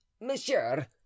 monsieur